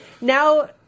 now